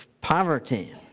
poverty